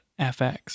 FX